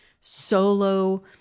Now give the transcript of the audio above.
solo